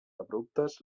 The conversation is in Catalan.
abruptes